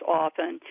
often